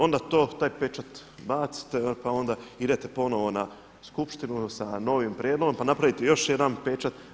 Onda to, taj pečat bacite pa onda idete ponovo na skupštinu sa novim prijedlogom pa napraviti još jedan pečat.